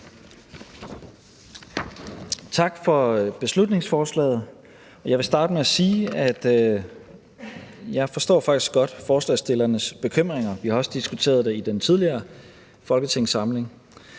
Tak for beslutningsforslaget. Jeg vil starte med at sige, at jeg faktisk godt forstår forslagsstillernes bekymringer. Vi har også diskuteret det i den tidligere folketingssamling.